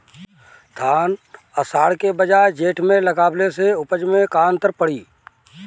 धान आषाढ़ के बजाय जेठ में लगावले से उपज में का अन्तर पड़ी?